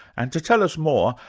and to tell us more,